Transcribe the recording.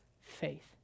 faith